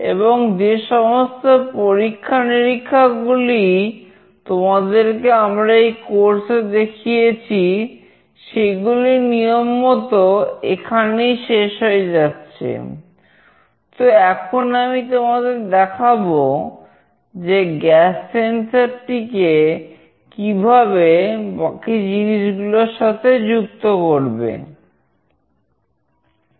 এবং যে সমস্ত পরীক্ষা নিরীক্ষা গুলি তোমাদেরকে আমরা এই কোর্সে টিকে কিভাবে বাকি জিনিসগুলোর সাথে যুক্ত করবো